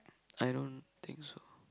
I don't think so